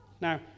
Now